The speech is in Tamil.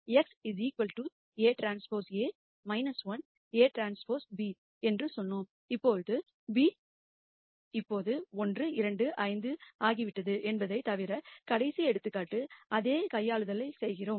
எனவே x Aᵀ A 1 Aᵀ b என்று சொன்னோம் இந்த b இப்போது 1 2 5 ஆகிவிட்டது என்பதைத் தவிர கடைசி எடுத்துக்காட்டு அதே கையாளுதலை செய்கிறோம்